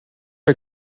est